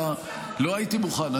לא הייתי מוכן,